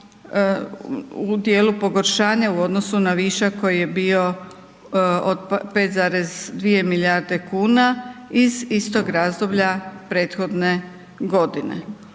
u dijelu pogoršanja u odnosu na višak koji je bio od 5,2 milijarde kuna iz istog razdoblja prethodne godine.